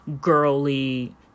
girly